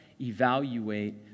evaluate